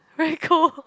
very cold